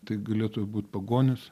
tai galėtų būt pagonis